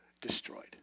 destroyed